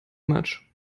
much